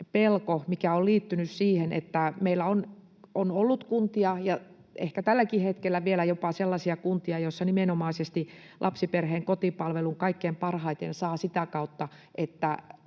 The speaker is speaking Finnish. pelko, mikä on liittynyt siihen, että meillä on ollut kuntia ja ehkä vielä jopa tälläkin hetkellä sellaisia kuntia, joissa nimenomaisesti lapsiperheen kotipalvelun kaikkein parhaiten saa sitä kautta, että